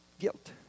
guilt